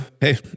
hey